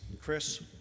Chris